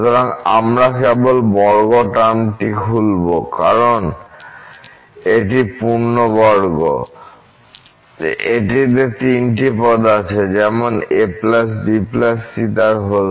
সুতরাং আমরা কেবল বর্গ টার্মটি খুলব কারণ এটি পূর্ণবর্গ এটিতে তিনটি পদ আছে যেমনabc2